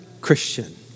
Christian